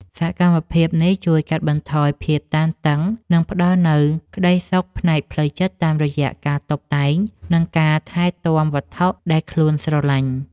សកម្មភាពនេះជួយកាត់បន្ថយភាពតានតឹង និងផ្ដល់នូវក្ដីសុខផ្នែកផ្លូវចិត្តតាមរយៈការតុបតែង និងការថែទាំវត្ថុដែលខ្លួនស្រឡាញ់។